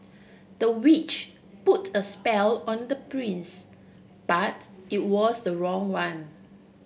the witch put a spell on the prince but it was the wrong one